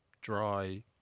dry